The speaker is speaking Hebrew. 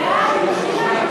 בן-דהן.